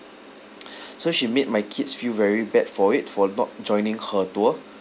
so she made my kids feel very bad for it for not joining her tour